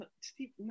Steve